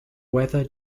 whether